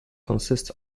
consist